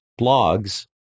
blogs